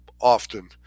often